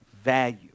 value